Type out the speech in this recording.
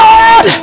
God